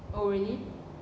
oh really